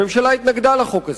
הממשלה התנגדה לחוק,